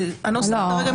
כי הנוסח מתייחס כרגע גם וגם.